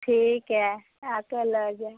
ठीक हइ आके लऽ जाएब